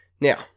now